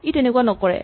ই তেনেকুৱা নকৰে